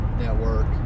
network